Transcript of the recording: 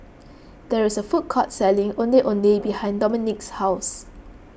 there is a food court selling Ondeh Ondeh behind Dominik's house